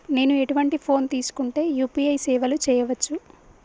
నేను ఎటువంటి ఫోన్ తీసుకుంటే యూ.పీ.ఐ సేవలు చేయవచ్చు?